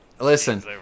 Listen